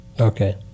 Okay